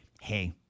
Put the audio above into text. hey